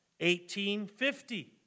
1850